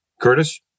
Curtis